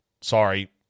Sorry